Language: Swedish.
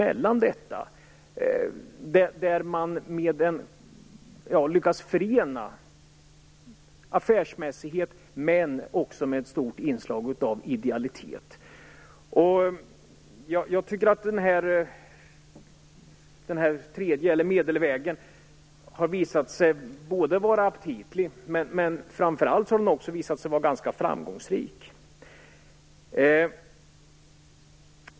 Man har lyckats förena affärsmässighet med ett stort inslag av idealitet. Denna tredje väg, eller medelvägen, har visat sig både aptitlig och framför allt ganska framgångsrik.